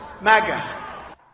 MAGA